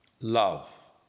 Love